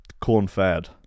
corn-fed